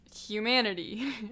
humanity